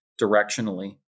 directionally